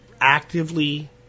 actively